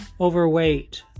overweight